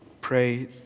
pray